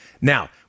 now